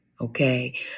okay